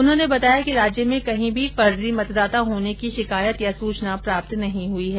उन्होंने बताया कि राज्य में कहीं भी फर्जी मतदाता होने की कोई शिकायत या सूचना प्राप्त नहीं हुई है